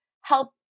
help